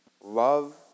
love